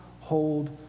hold